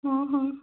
ହଁ ହଁ